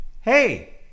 hey